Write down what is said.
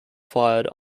fired